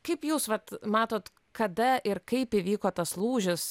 kaip jūs vat matot kada ir kaip įvyko tas lūžis